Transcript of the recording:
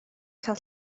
cael